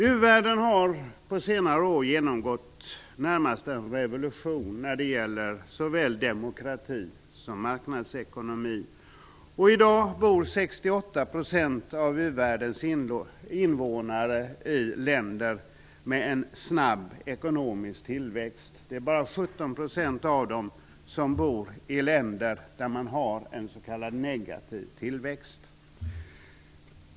U-världen har på senare år genomgått närmast en revolution när det gäller såväl demokrati som marknadsekonomi, och i dag bor 68 % av u-världens invånare i länder med en snabb ekonomisk tillväxt. Bara 17 % av dem bor i länder med s.k. negativ tillväxt.